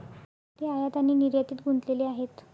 ते आयात आणि निर्यातीत गुंतलेले आहेत